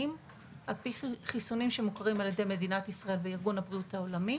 על פי חיסונים שמוכרים על ידי מדינת ישראל וארגון הבריאות העולמי,